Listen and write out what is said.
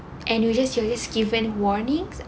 and you just you just given warnings